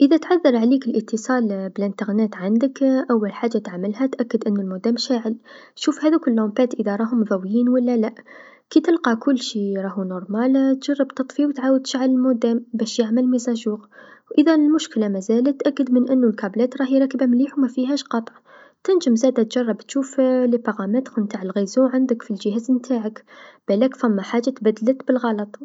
إذا تعذر عليك الإتصال بالانترنت عندك أول حاجه تعملها تأكد أنو الموديم شاعل شوف هاذوك لومبيت إذا راهم مضويين و لا لاء ، كتلقى كل شي راه نورمال تجرب تطفي و تعاود تشعل المويدم باش يعمل الميساجور، و إذا المشكله مازالت تأكد من أنو الكابلات راهي راكبه مليح و مافيهاش قطع، تنجم زادا تجرب تشوف الإعدادات نتع الشبكه عندك في الجهاز نتاعك بلاك فما حاجه تبدلت بالغلط.